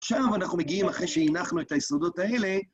עכשיו אנחנו מגיעים, אחרי שהנחנו את היסודות האלה...